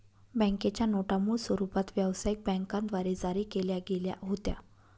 बँकेच्या नोटा मूळ स्वरूपात व्यवसायिक बँकांद्वारे जारी केल्या गेल्या होत्या